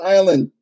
Island